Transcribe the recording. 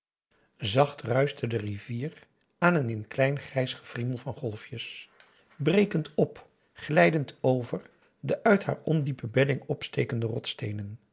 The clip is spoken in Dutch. zacht ruischte de rivier aan in een klein grijs gewriemel van golfjes brekend op glijdend over de uit haar ondiepe bedding opstekende rolsteenen